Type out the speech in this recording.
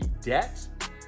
Debt